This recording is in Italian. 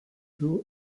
two